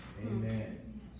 Amen